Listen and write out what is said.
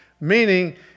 meaning